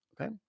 okay